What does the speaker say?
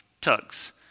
tugs